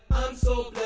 also